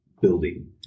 building